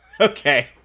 Okay